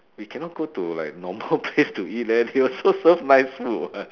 we cannot go to like normal place to eat leh they also serve nice food [what]